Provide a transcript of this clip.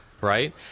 right